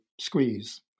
Squeeze